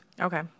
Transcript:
Okay